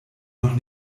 noch